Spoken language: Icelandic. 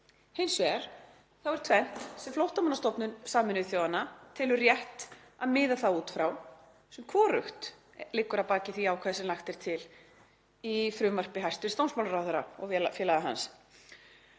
Hins vegar þá er tvennt sem Flóttamannastofnun Sameinuðu þjóðanna telur rétt að miða þá út frá, sem ekki liggur að baki því ákvæði sem lagt er til í frumvarpi hæstv. dómsmálaráðherra og félaga hans.